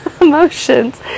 Emotions